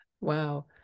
Wow